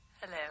Hello